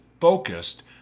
focused